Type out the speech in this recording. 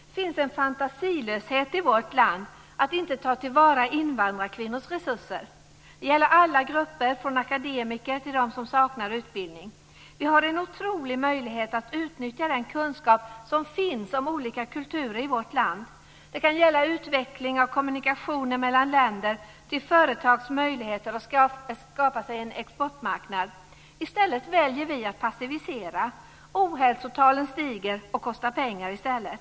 Det finns en fantasilöshet i vårt land när det gäller att inte ta till vara invandrarkvinnors resurser. Det gäller alla grupper, från akademiker till dem som saknar utbildning. Vi har en otrolig möjlighet att utnyttja den kunskap som finns om olika kulturer i vårt land. Det kan gälla utveckling av kommunikationer mellan länder eller företags möjligheter att skapa sig en exportmarknad. I stället väljer vi att passivisera. Ohälsotalen stiger och kostar pengar i stället.